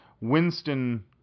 Winston